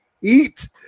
heat